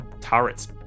turrets